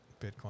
Bitcoin